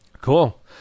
Cool